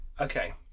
Okay